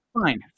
fine